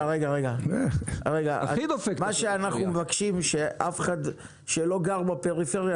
אנחנו מבקשים שאף אחד שלא גר בפריפריה